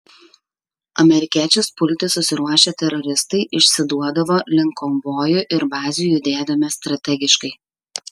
amerikiečius pulti susiruošę teroristai išsiduodavo link konvojų ar bazių judėdami strategiškai